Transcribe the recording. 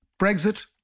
Brexit